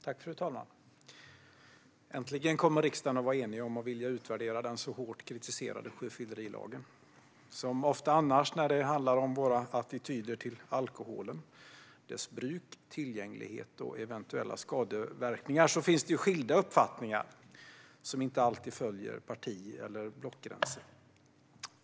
Fru talman! Äntligen kommer riksdagen att vara enig om att vilja utvärdera den så hårt kritiserade sjöfyllerilagen. Som ofta annars när det handlar om våra attityder till alkohol, dess bruk, tillgänglighet och eventuella skadeverkningar finns det skilda uppfattningar, som inte alltid följer parti eller blockgränser.